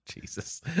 Jesus